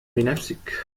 بنفسك